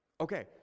Okay